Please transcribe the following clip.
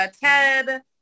Ted